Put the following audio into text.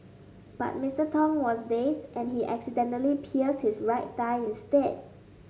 but Mister Tong was dazed and he accidentally pierced his right thigh instead